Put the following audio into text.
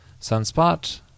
sunspot